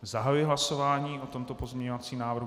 Zahajuji hlasování o tomto pozměňovacím návrhu.